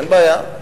אין בעיה.